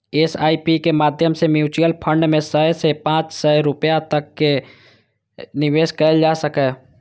SIP के माध्यम सं म्यूचुअल फंड मे सय सं पांच सय रुपैया तक सं निवेश कैल जा सकैए